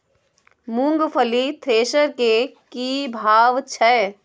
मूंगफली थ्रेसर के की भाव छै?